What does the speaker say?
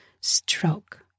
stroke